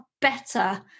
better